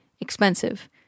expensive